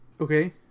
Okay